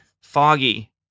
Foggy